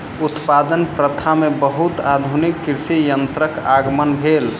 उत्पादन प्रथा में बहुत आधुनिक कृषि यंत्रक आगमन भेल